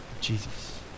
Jesus